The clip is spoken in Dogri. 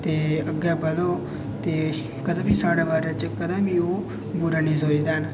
ते अग्गें बधो ते कदें बी साढ़े बारे च कदें बी ओह् बुरा नेईं सोचदे हैन